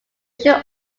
should